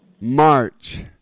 March